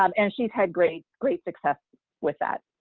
um and she's had great great success with that.